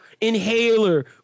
inhaler